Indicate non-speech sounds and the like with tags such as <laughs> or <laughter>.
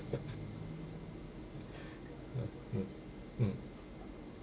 <laughs> mm mm